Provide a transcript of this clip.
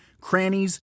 crannies